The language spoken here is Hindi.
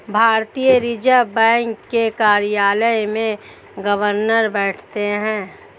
भारतीय रिजर्व बैंक के कार्यालय में गवर्नर बैठते हैं